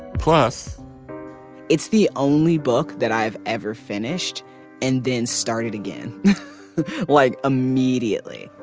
plus it's the only book that i've ever finished and then started again like immediately.